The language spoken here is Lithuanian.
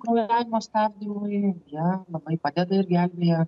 kraujavimo stabdymui ja labai padeda ir gelbėja